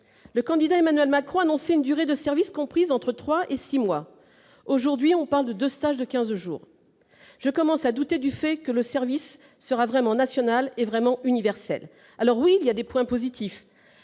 Le candidat Emmanuel Macron annonçait une durée de service comprise entre trois et six mois. On parle désormais de deux stages de quinze jours ... Je commence à douter du fait que ce service sera vraiment national et vraiment universel. Alors oui, il y a des points positifs